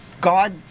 God